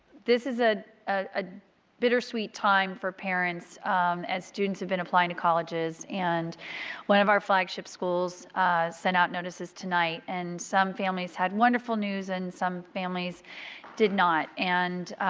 this is a, a bittersweet time for parents as students have been applying to colleges. and one of our flagship schools sent out notices tonight. and some families had wonderful news and some families did not. and,